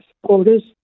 supporters